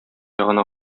ягына